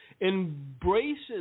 embraces